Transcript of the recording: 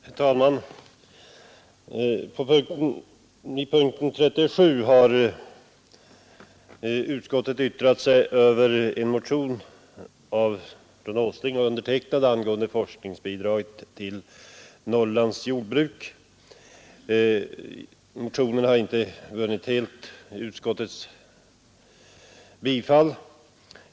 Herr talman! Under punkten 37 har utskottet yttrat sig över en motion av herr Åsling och mig angående forskningsbidraget till Norrlands jordbruk. Motionen har inte helt vunnit utskottets bifall.